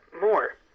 more